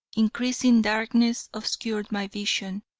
increasing darkness obscured my vision.